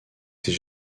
ces